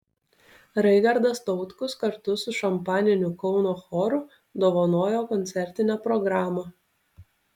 raigardas tautkus kartu su šampaniniu kauno choru dovanojo koncertinę programą